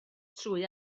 trwy